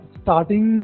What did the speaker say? starting